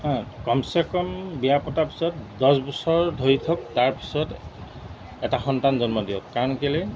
হে কমচে কম বিয়া পতাৰ পিছত দহ বছৰ ধৰি থওক তাৰপিছত এটা সন্তান জন্ম দিয়ক কাৰণ কেলৈ